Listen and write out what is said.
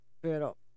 Pero